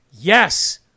Yes